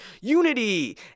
unity